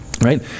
right